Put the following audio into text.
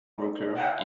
broker